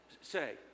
say